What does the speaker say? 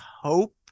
hope